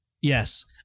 Yes